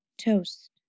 Toast